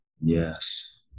Yes